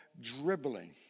dribbling